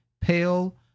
pale